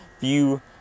view